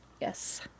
Yes